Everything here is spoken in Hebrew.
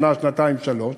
שנה-שנתיים-שלוש,